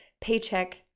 paycheck